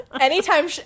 Anytime